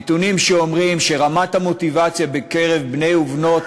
הנתונים אומרים שרמת המוטיבציה בקרב בני ובנות